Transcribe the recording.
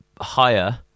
higher